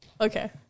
Okay